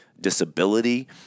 disability